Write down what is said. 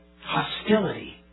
Hostility